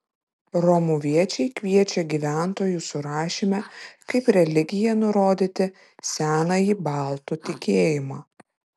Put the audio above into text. romuviečiai kviečia gyventojų surašyme kaip religiją nurodyti senąjį baltų tikėjimą